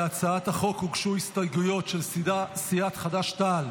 להצעת החוק הוגשו הסתייגויות של קבוצת סיעת חד"ש-תע"ל